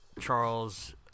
Charles